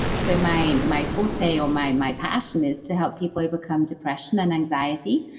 so, my my forte or my and my passion is to help people overcome depression and anxiety.